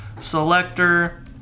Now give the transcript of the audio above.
selector